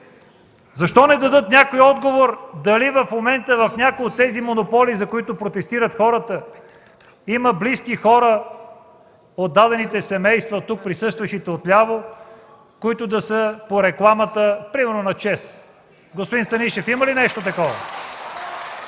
някои не дадат отговор дали в момента в някои от тези монополи, за които протестират хората, имат близки от дадените семейства от тук присъстващите от ляво, които да са по рекламата, примерно на ЧЕЗ? Господин Станишев, има ли нещо такова?